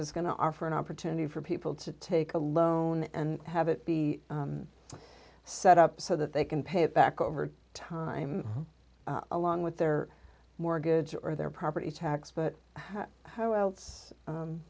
is going to offer an opportunity for people to take a loan and have it be set up so that they can pay it back over time along with their mortgage or their property tax but how else